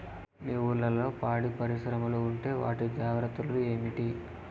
మీ ఊర్లలో పాడి పరిశ్రమలు ఉంటే వాటి జాగ్రత్తలు ఏమిటి